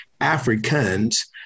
Africans